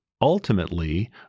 Ultimately